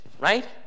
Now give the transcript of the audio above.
right